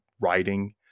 writing